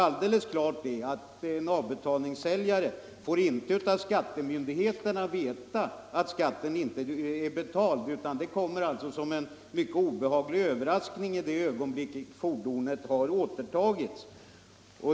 Alldeles klart är att en avbetalningssäljare inte av skattemyndigheterna får veta att skatten inte är betald, utan det kommer som en obehaglig överraskning i det ögonblick fordonet återtas.